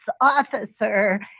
officer